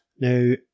Now